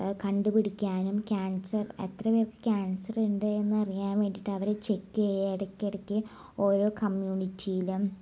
കണ്ടുപിടിക്കാനും ക്യാൻസർ എത്ര പേർക്ക് ക്യാൻസർ ഉണ്ട് എന്നറിയാനും വേണ്ടിയിട്ടവരെ ചെക്ക് ചെയ്യുക ഇടയ്ക്കിടയ്ക്ക് ഓരോ കമ്മ്യൂണിറ്റിയിലും